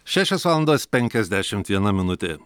šešios valandos penkiasdešimt viena minutė